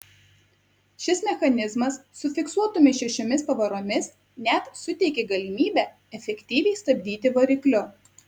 šis mechanizmas su fiksuotomis šešiomis pavaromis net suteikė galimybę efektyviai stabdyti varikliu